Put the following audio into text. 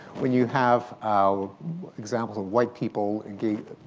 when you have examples of white people